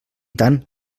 tant